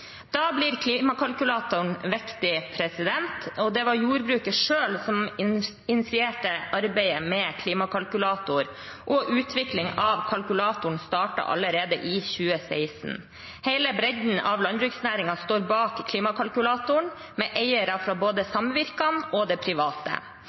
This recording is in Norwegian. Da blir klimakalkulatoren viktig. Det var jordbruket selv som initierte arbeidet med klimakalkulator, og utviklingen av kalkulatoren startet allerede i 2016. Hele bredden av landbruksnæringen står bak klimakalkulatoren, med eiere fra både